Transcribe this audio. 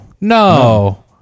no